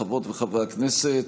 חברות וחברי הכנסת,